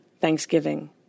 thanksgiving